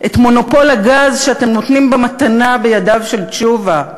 את מונופול הגז שאתם נותנים במתנה בידיו של תשובה?